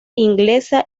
inglesa